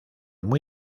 muy